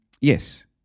Yes